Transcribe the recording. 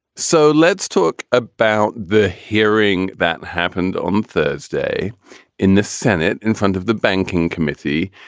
so let's talk about the hearing that happened on thursday in the senate in front of the banking committee.